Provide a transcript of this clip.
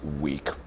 week